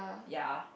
ya